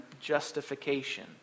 justification